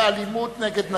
באלימות נגד נשים.